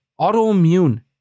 autoimmune